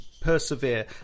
persevere